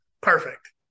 Perfect